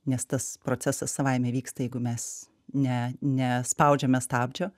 nes tas procesas savaime vyksta jeigu mes ne ne spaudžiame stabdžio